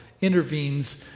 intervenes